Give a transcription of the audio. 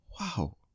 wow